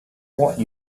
what